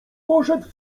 poszedł